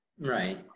Right